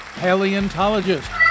paleontologist